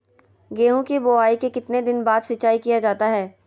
गेंहू की बोआई के कितने दिन बाद सिंचाई किया जाता है?